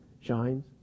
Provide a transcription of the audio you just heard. shines